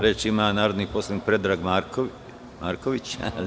Reč ima narodni poslanik Predrag Marković.